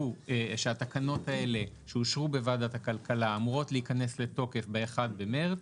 שהתקנות האלה שאושרו בוועדת הכלכלה אמורות להיכנס לתוקף ב-1 במרץ